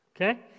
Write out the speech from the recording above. Okay